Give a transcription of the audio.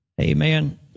Amen